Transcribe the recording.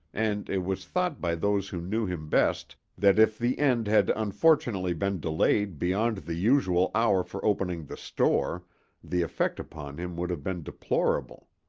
and it was thought by those who knew him best that if the end had unfortunately been delayed beyond the usual hour for opening the store the effect upon him would have been deplorable.